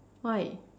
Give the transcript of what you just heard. why